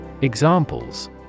Examples